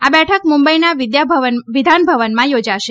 આ બેઠક મુંબઇના વિધાનભવનમાં યોજાશે